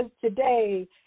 today